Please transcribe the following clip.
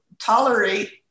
tolerate